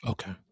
Okay